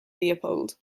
leopold